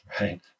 right